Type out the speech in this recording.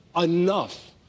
enough